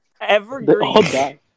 Evergreen